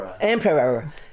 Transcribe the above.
emperor